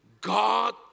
God